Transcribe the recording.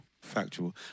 Factual